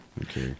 Okay